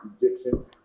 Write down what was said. Egyptian